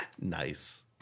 Nice